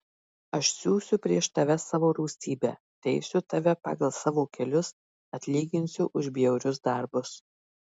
aš siųsiu prieš tave savo rūstybę teisiu tave pagal tavo kelius atlyginsiu už bjaurius darbus